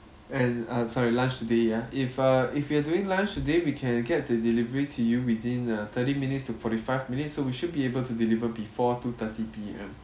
and uh sorry lunch today ya if uh if you are doing lunch today we can get to deliver it to you within uh thirty minutes to forty five minutes so we should be able to deliver before two thirty P_M